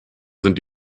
sind